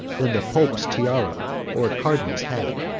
than the pope's tiara or a cardinal's hat.